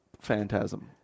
phantasm